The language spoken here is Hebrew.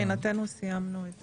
שמבחינתכם זה